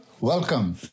Welcome